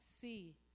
see